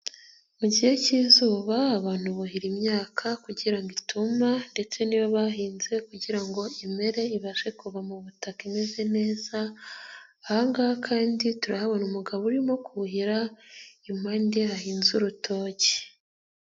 Mu gihe cy'izuba abantu buhira imyaka kugira ngo ituma ndetse niyo bahinze kugira ngo imere ibashe kuva mu butaka imeze neza ahangaha kandi turahabona umugabo urimo kuhira impande ahinze urutoki.